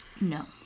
no